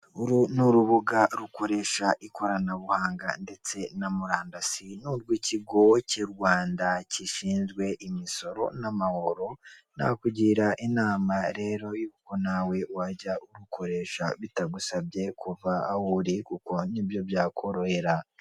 Uru ni urubuga rukoresha ikoranabuhanga ndetse na murandasi ni urw'ikigo cy'u Rwanda gishinzwe imisoro n'amahoro nakugira inama rero yuko nawe wajya urukoresha bitagusabye kuva aho uri kuko nibyo byakorohera.